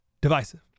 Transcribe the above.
divisive